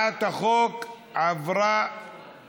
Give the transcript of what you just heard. ההצעה להעביר את הצעת חוק התגמולים לנפגעי פעולות איבה (תיקון מס' 35)